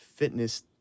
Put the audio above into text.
fitness